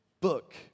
book